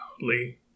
loudly